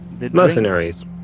Mercenaries